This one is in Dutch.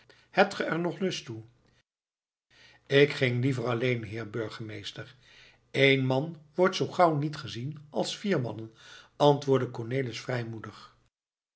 er nu nog lust toe ik ging liever alleen heer burgemeester één man wordt zoo gauw niet gezien als vier mannen antwoordde cornelis